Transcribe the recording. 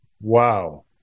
Wow